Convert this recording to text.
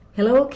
Hello